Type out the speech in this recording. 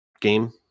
game